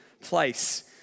place